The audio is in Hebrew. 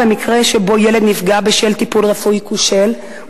במקרה שבו ילד נפגע בשל טיפול רפואי כושל,